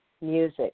music